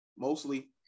Mostly